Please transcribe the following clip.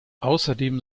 ausserdem